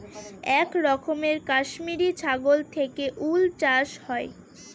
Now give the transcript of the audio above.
এক রকমের কাশ্মিরী ছাগল থেকে উল চাষ হয়